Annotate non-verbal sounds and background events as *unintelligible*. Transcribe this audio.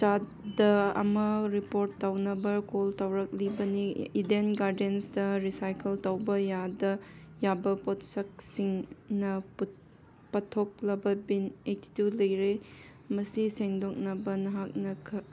*unintelligible* ꯑꯃ ꯔꯤꯄꯣꯔꯠ ꯇꯧꯅꯕ ꯀꯣꯜ ꯇꯧꯔꯛꯂꯤꯕꯅꯤ ꯏꯗꯦꯟ ꯒꯥꯔꯗꯦꯟꯁꯇ ꯔꯤꯁꯥꯏꯀꯜ ꯇꯧꯕ ꯌꯥꯕ ꯄꯣꯠꯁꯛꯁꯤꯡꯅ ꯄꯨꯊꯣꯛꯂꯕ ꯕꯤꯟ ꯑꯩꯠꯇꯤ ꯇꯨ ꯂꯩꯔꯦ ꯃꯁꯤ ꯁꯦꯡꯗꯣꯛꯅꯕ ꯅꯍꯥꯛꯅ